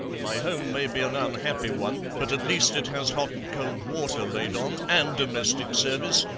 my home may be an unhappy one, but at least it has hot and cold water laid on, and domestic service,